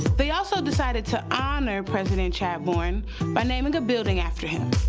they also decided to honor president chadbourne by naming a building after him!